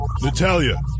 Natalia